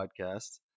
podcast